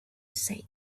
said